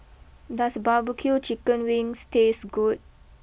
does barbecue Chicken wings taste good